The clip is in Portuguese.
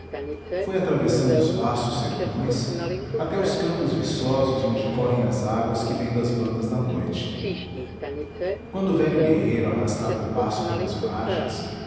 foi atravessando os vastos sertões até os campos viçosos onde correm as águas que vêm das bandas da noite quando o velho guerreiro arrastava o passo pelas margens